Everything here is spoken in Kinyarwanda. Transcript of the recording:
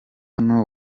hano